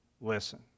listen